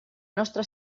nostra